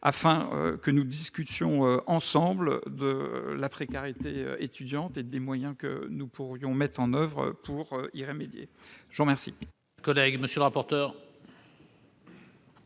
afin de discuter ensemble de la précarité étudiante et des moyens que nous pourrions mettre en oeuvre pour y remédier. Quel est